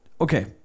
Okay